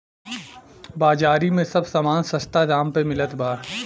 बाजारी में सब समान सस्ता दाम पे मिलत बा